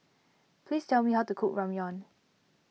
please tell me how to cook Ramyeon